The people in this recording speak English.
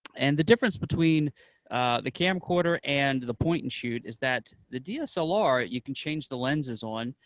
and the difference between the camcorder and the point and shoot is that the dslr, you can change the lenses on.